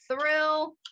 Thrill